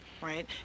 right